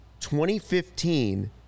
2015